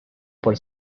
por